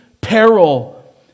peril